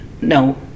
No